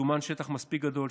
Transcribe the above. סומן שטח מספיק גדול,